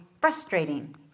frustrating